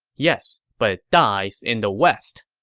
yes, but it dies in the west.